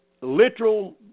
literal